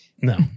No